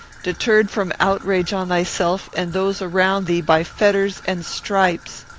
deterred from outrage on thyself and those around thee by fetters and stripes!